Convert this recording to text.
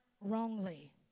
wrongly